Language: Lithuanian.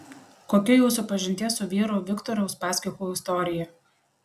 kokia jūsų pažinties su vyru viktoru uspaskichu istorija